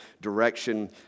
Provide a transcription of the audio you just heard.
direction